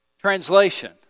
Translation